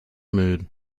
mood